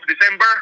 December